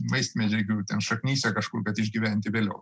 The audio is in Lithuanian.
vaismedžių ten šaknyse kažkur kad išgyventi vėliau